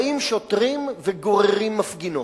באים שוטרים וגוררים מפגינות.